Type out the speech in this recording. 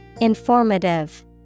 Informative